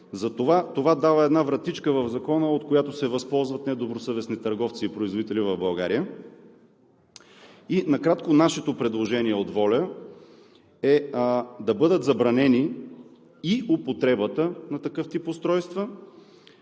това дава една вратичка в Закона, от която се възползват недобросъвестни търговци и производители в България. Накратко нашето предложение от „ВОЛЯ – Българските Родолюбци“ е да бъдат забранени и употребата на такъв тип устройства,